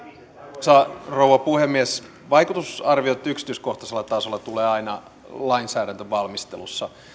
arvoisa rouva puhemies vaikutusarviot tulevat yksityiskohtaisella tasolla aina lainsäädäntövalmistelussa